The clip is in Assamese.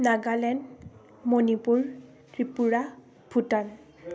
নাগালেণ্ড মণিপুৰ ত্ৰিপুৰা ভূটান